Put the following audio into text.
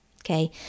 Okay